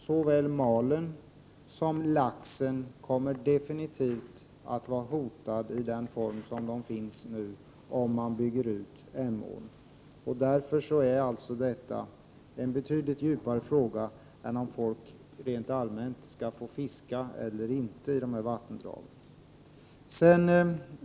Såväl malen som laxen kommer avgjort att vara hotade i sin nuvarande existens, om man bygger ut Emån. Det gäller alltså en betydligt djupare fråga än den om folk rent allmänt skall få fiska eller inte i dessa vattendrag.